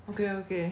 okay okay